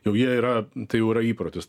jau jie yra tai jau yra įprotis